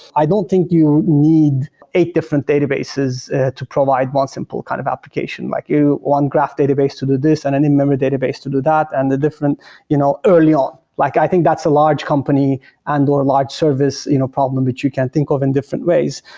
i don't think you need eight different databases to provide one simple kind of application, like one graph database to do this and an in-memory database to do that and the different you know early on. like i think that's a large company and a large service you know problem which you can think of in different ways.